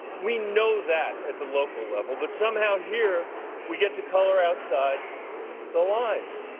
we know that at the local level, but somehow here we get to color outside the lines.